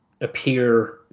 appear